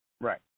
Right